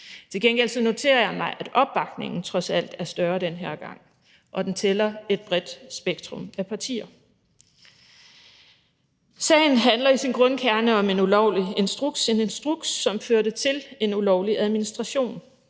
Til gengæld noterer jeg mig, at opbakningen trods alt er større den her gang, og at den tæller et bredt spektrum af partier. Sagen handler i sin grundkerne om en ulovlig instruks – en instruks, som førte til en ulovlig administration.